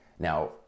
Now